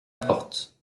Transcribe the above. porte